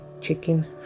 chicken